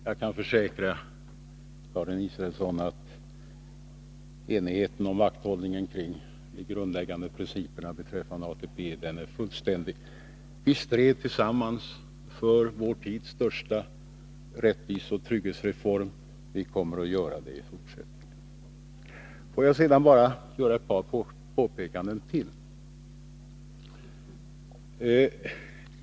Jag kan försäkra Karin Israelsson att enigheten om vakthållningen kring de grundläggande principerna beträffande ATP är fullständig. LO och socialdemokraterna stred tillsammans för vår tids största rättviseoch trygghetsreform. Vi kommer att göra det också i fortsättningen. Får jag sedan bara göra ännu ett par påpekanden.